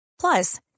Plus